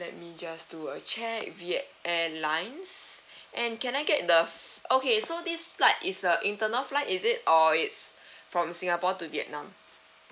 let me just do a check viet airlines and can I get the okay so this flight is a internal flight is it or it's from singapore to vietnam